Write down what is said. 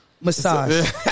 massage